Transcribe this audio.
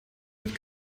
mit